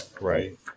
Right